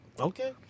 Okay